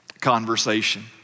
conversation